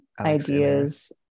ideas